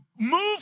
Move